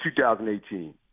2018